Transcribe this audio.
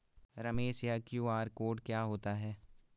रमेश यह QR code क्या होता है?